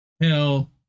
Hell